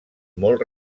molt